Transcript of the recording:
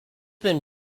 been